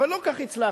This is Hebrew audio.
אבל לא כל כך הצלחנו,